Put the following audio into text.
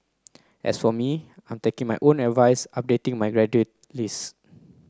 as for me I am taking my own advice updating my gratitude list